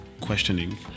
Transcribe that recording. questioning